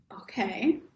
Okay